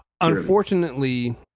unfortunately